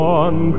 one